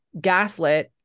gaslit